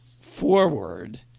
forward